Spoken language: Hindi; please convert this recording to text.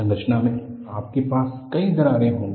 संरचना में आपके पास कई दरारें होंगी